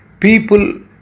people